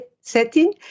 setting